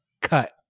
cut